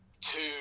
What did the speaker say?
two